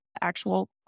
actual